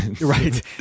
right